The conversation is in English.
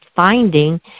finding